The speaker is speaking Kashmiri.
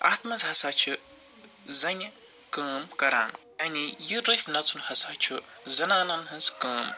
اَتھ منٛز ہَسا چھِ زَنہِ کٲم کَران یعنی یہِ روٚفۍ نَژُن ہَسا چھُ زنانَن ہنٛز کٲم